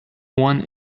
one